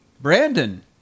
Brandon